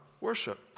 worship